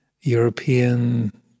European